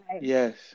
Yes